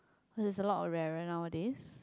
cause it's a lot of rarer nowadays